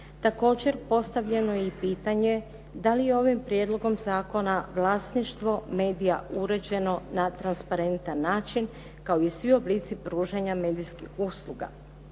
Također, postavljeno je i pitanje da li je ovim prijedlogom zakona vlasništvo medija uređeno na transparentan način kao i svi oblici pružanja medijskih usluga,